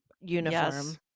uniform